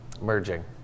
merging